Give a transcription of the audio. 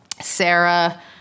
Sarah